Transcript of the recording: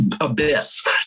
abyss